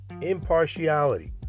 Impartiality